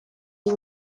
you